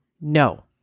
No